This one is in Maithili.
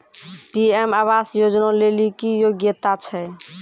पी.एम आवास योजना लेली की योग्यता छै?